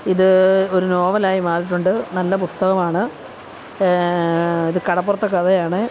ഇത് ഒരു നോവലായി മാറിയിട്ടുണ്ട് നല്ല പുസ്തകമാണ് ഇത് കടപ്പുറത്തെ കഥയാണ്